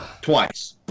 twice